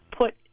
put